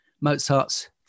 Mozart's